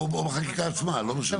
או בחקיקה עצמה, לא משנה.